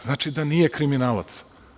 Znači da nije kriminalac.